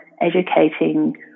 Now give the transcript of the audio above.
educating